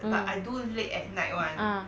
um uh